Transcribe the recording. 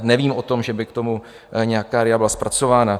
Nevím o tom, že by k tomu nějaká RIA byla zpracována.